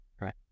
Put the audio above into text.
right